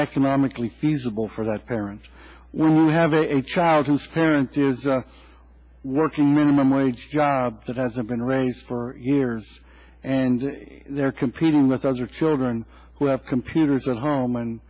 economically feasible for the parents when you have a child whose parent is working minimum wage job that hasn't been raised for years and they're competing with those are children who have computers at home and